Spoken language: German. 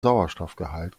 sauerstoffgehalt